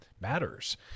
matters